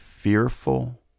fearful